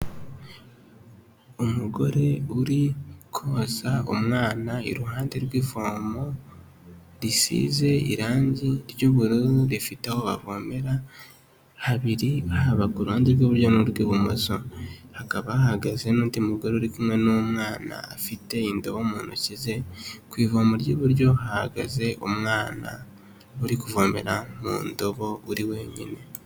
Umugore uri koza umwana, iruhande rw'ivomo risize irangi ry'ubururu rifite aho bavomera habiri haba ku uruhande rw'iburyo ni rw'ibumoso bakaba hahagaze n'undi mugore uri kumwe n'umwana afite indabo mu ntoki ze, ku ivomo ry'iburyo hahagaze umwana uri kuvomera mu ndobo uri wenyine.